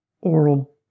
oral